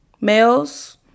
males